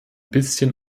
bisschen